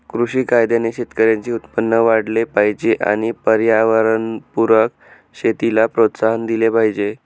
कृषी कायद्याने शेतकऱ्यांचे उत्पन्न वाढले पाहिजे आणि पर्यावरणपूरक शेतीला प्रोत्साहन दिले पाहिजे